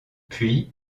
puis